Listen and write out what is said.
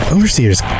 Overseer's